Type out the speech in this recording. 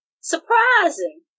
surprising